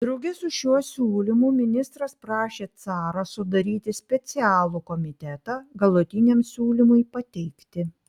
drauge su šiuo siūlymu ministras prašė carą sudaryti specialų komitetą galutiniam siūlymui pateikti